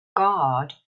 guard